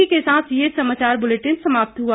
इसी के साथ ये समाचार बुलेटिन समाप्त हुआ